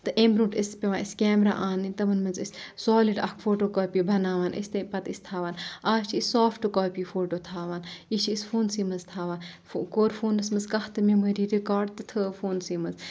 تہٕ امہِ برونٹھ ٲسۍ اسہِ پؠوان کیمرہ اَنٕنۍ تِمَن منز ٲسۍ سالِڈ اَکھ فوٹو کاپی بَناوان أسۍ تمہِ پَتہٕ ٲسۍ تھاوان آز چھِ أسۍ سافٹ کاپی فوٹو تھاوان یہِ چھِ أسۍ فوٗنسٕے منز تھاوان کۆر فونَس منز کانٛہہ تہِ میٚموری رِکاڈ تہٕ تھٲو فونَسٕے منز